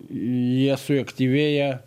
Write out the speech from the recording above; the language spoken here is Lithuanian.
jie suaktyvėja